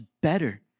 better